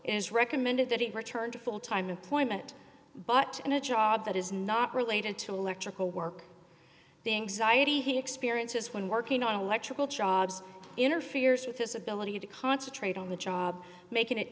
is recommended that he return to full time employment but in a job that is not related to electrical work the anxiety he experiences when working on electrical jobs interferes with his ability to concentrate on the job making it